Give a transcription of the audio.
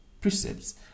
precepts